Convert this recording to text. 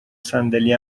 صندلی